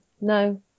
No